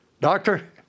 doctor